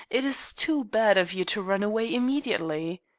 it is too bad of you to run away immediately.